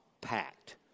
packed